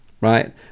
right